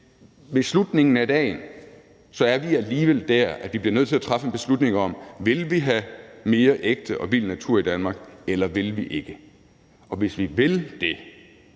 ved slutningen af dagen er vi alligevel der, hvor vi bliver nødt til at træffe en beslutning om: Vil vi have mere ægte og vild natur i Danmark, eller vil vi ikke? Og hvis vi vil det,